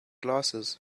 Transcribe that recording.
glasses